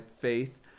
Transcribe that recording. faith